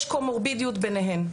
יש קומורבידיות ביניהן,